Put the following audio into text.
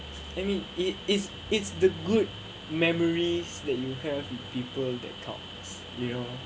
maybe it it's it's the good memories that you have people that talks you know